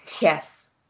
yes